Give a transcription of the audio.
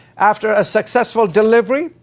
after a successful delivery,